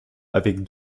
avec